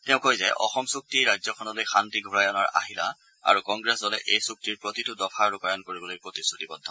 তেওঁ কয় যে অসম চুক্তি ৰাজ্যখনলৈ শান্তি ঘূৰাই অনাৰ আহিলা আৰু কংগ্ৰেছ দলে এই চুক্তিৰ প্ৰতিটো দফা ৰূপায়ণ কৰিবলৈ প্ৰতিশ্ৰুতিবদ্ধ